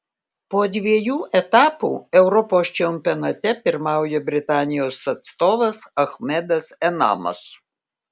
po dviejų etapų europos čempionate pirmauja britanijos atstovas achmedas enamas